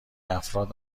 افراد